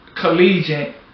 collegiate